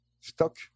stock